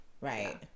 Right